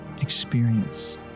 experience